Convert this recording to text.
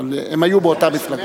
אבל הם היו באותה מפלגה.